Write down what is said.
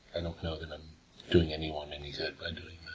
i don't know that i'm doing anyone any good by doing